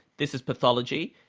this is pathology.